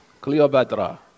Cleopatra